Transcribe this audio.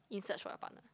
in search for your partner